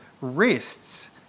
rests